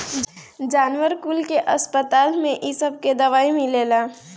जानवर कुल के अस्पताल में इ सबके दवाई मिलेला